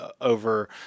over